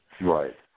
Right